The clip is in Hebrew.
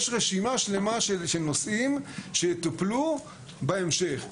יש רשימה שלמה של נושאים שיטופלו בהמשך.